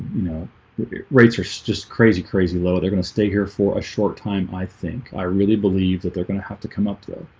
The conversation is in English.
know rates are just crazy crazy low, they're gonna stay here for a short time i think i really believe that they're gonna have to come up to though